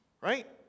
Right